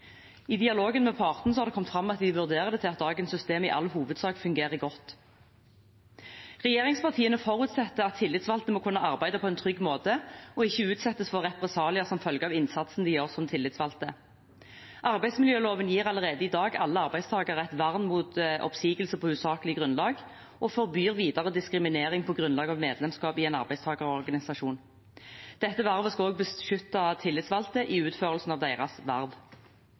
I dialogen med partene har det kommet fram at de vurderer det til at dagens system i all hovedsak fungerer godt. Regjeringspartiene forutsetter at tillitsvalgte må kunne arbeide på en trygg måte og ikke utsettes for represalier som følge av innsatsen de gjør som tillitsvalgte. Arbeidsmiljøloven gir allerede i dag alle arbeidstakere et vern mot oppsigelse på usaklig grunnlag og forbyr videre diskriminering på grunnlag av medlemskap i en arbeidstakerorganisasjon. Dette vernet skal også beskytte tillitsvalgte i utførelsen av deres